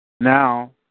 Now